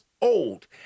old